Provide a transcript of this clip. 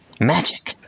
Magic